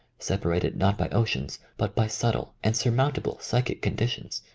separated not by oceans but by subtle and surmountable psychic conditions.